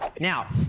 Now